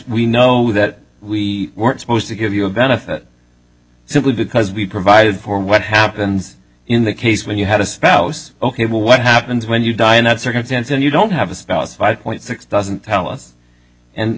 we know that we weren't supposed to give you a benefit simply because we've provided for what happens in the case when you have a spouse ok well what happens when you die in that circumstance and you don't have a spouse five point six doesn't tell us and